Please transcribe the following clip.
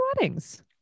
weddings